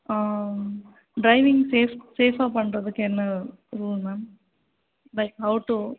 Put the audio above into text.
driving safe சேஃப்பாக பண்ணுறதுக்கு என்ன ரூல் மேம் ஹவ் டு